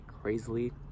crazily